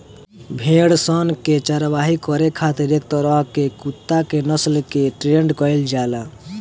भेड़ सन के चारवाही करे खातिर एक तरह के कुत्ता के नस्ल के ट्रेन्ड कईल जाला